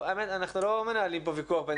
האמת, אנחנו לא מנהלים פה ויכוח ביני ובינך.